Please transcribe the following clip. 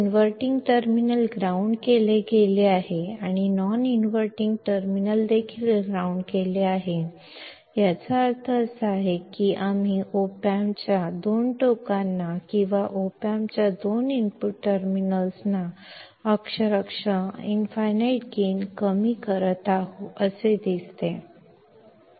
inverting ಟರ್ಮಿನಲ್ನಂತೆಯೇ ground ಆದಾಗ ಮತ್ತು ನಾನ್ಇನ್ವರ್ಟಿಂಗ್ ಟರ್ಮಿನಲ್ ಸಹ ಗ್ರೌಂಡ್ ಆದಾಗ ಇದರರ್ಥ ನಾವು ಒಪಾಮ್ಪ್ನ ಎರಡು ತುದಿಗಳನ್ನು ಅಥವಾ ಒಪಾಮ್ಪ್ನ ಎರಡು ಇನ್ಪುಟ್ ಟರ್ಮಿನಲ್ಗಳನ್ನು ವಾಸ್ತವಿಕವಾಗಿ ಕಡಿಮೆಗೊಳಿಸುತ್ತಿದ್ದೇವೆ ಎಂದು ತೋರುತ್ತಿದೆ